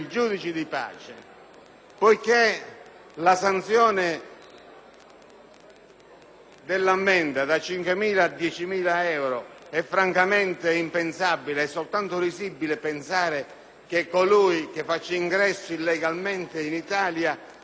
sanzione dell'ammenda da 5.000 a 10.000 euro è francamente impensabile (è soltanto risibile pensare che colui che faccia ingresso illegalmente in Italia paghi l'ammenda di 10.000 euro per farsi espellere),